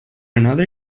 another